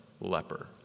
leper